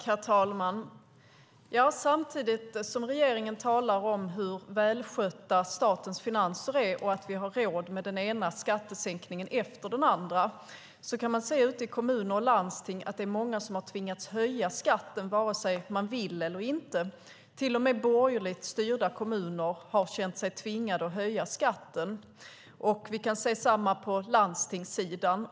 Herr talman! Samtidigt som regeringen talar om hur välskötta statens finanser är och att vi har råd med den ena skattesänkningen efter den andra kan man ute i kommuner och landsting se att många av dem har tvingats höja skatten antingen de har velat det eller inte. Till och med borgerligt styrda kommuner har känt sig tvingade att höja skatten. Vi kan se detsamma på landstingssidan.